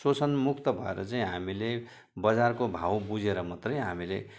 शोषणमुक्त भएर चाहिँ हामीले बजारको भाउ बुझेर मात्रै हामीले